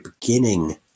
beginning